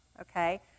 okay